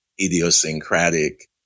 idiosyncratic